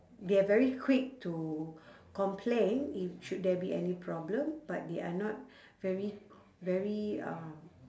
they are very quick to complain if should there be any problem but they are not very very uh